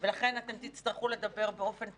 לכן אתם תצטרכו לדבר באופן תמציתי,